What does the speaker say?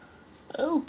oh